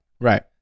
Right